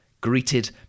greeted